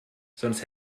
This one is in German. sonst